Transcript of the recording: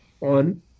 on